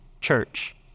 church